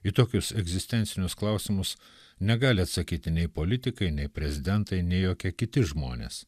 į tokius egzistencinius klausimus negali atsakyti nei politikai nei prezidentai nei jokie kiti žmonės